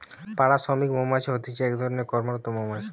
পাড়া শ্রমিক মৌমাছি হতিছে এক ধরণের কর্মরত মৌমাছি